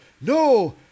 no